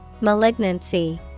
Malignancy